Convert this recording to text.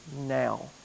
now